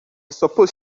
suppose